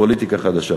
זאת פוליטיקה חדשה.